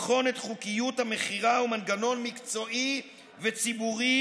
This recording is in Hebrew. לבחון את חוקיות המכירה הוא מנגנון מקצועי וציבורי